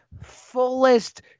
fullest